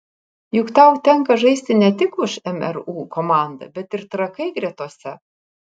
juk tau tenka žaisti ne tik už mru komandą bet ir trakai gretose